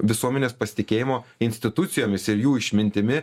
visuomenės pasitikėjimo institucijomis ir jų išmintimi